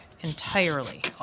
entirely